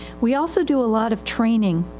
we also do a lot of training,